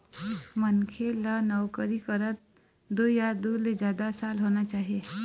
मनखे ल नउकरी करत दू या दू ले जादा साल होना चाही